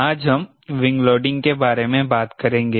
आज हम wing loading के बारे में बात करेंगे